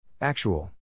Actual